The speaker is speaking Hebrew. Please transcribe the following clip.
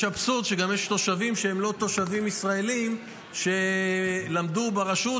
יש אבסורד: גם יש תושבים שהם לא תושבים ישראלים שלמדו ברשות,